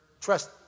trust